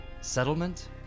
Settlement